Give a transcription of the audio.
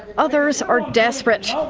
others are desperate.